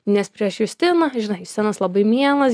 nes prieš justiną žinai justinas labai mielas